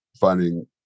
finding